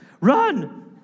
Run